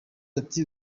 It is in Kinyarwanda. ati